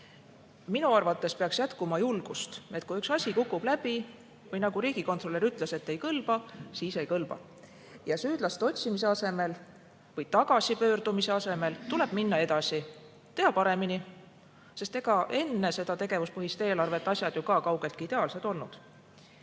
Minu arvates peaks jätkuma julgust, et kui üks asi kukub läbi või nagu riigikontrolör ütles, et ei kõlba, siis ei kõlba ja süüdlaste otsimise asemel või tagasipöördumise asemel tuleb minna edasi, teha paremini, sest ega enne seda tegevuspõhist eelarvet asjad ju ka kaugeltki ideaalsed ei olnud.